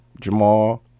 Jamal